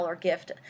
gift